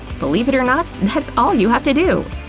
believe it or not, that's all you have to do!